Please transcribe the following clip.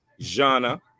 genre